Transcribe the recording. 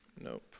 Nope